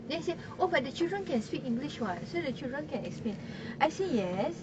then he say oh but the children can speak english [what] so the children can explain I say yes